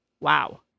Wow